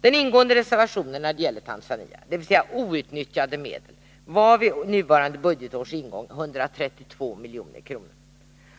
Den ingående reservationen när det gäller Tanzania, dvs. outnyttjade medel, var vid nuvarande budgetårs ingång 132 milj.kr.